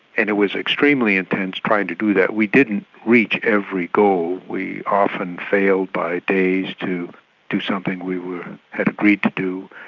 and it was extremely intense, trying to do that. we didn't reach every goal, we often failed by days to do something we had had agreed to do,